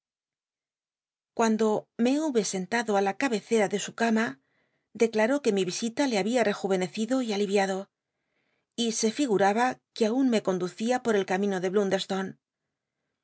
cuando me hube sentado ü la cabccca de su cama declaró que mi l'isita le habia rcjmcneciclo y aliviado y se figuraba cruc aun me conducin por stono el ca min o de